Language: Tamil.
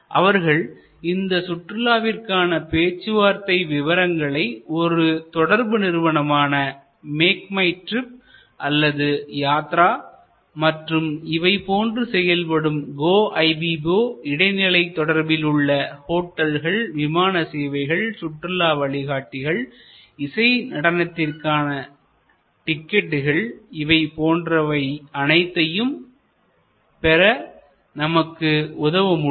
அவர்கள் இந்த சுற்றுலாவிற்கான பேச்சுவார்த்தை விவரங்களை ஒரு தொடர்பு நிறுவனமாக மேக் மை ட்ரிப் அல்லது யாத்ரா மற்றும் இவை போன்று செயல்படும் கோஐபிபோ இடைநிலை தொடர்பில் உள்ள ஹோட்டல்கள் விமான சேவைகள்சுற்றுலா வழிகாட்டிகள் இசை நாடகத்திற்கான டிக்கெட்டுகள் இவை போன்றவை அனைத்தையும் பெற நமக்கு உதவ முடியும்